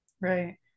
Right